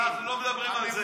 אנחנו לא מדברים על זה.